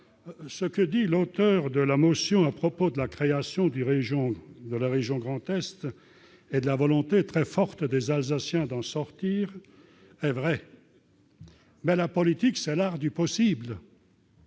Ce que dit l'auteur de la motion à propos de la création de la région Grand Est et de la volonté très forte des Alsaciens d'en sortir est vrai. Mais la politique est l'art du possible.